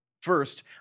First